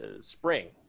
spring